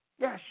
Yes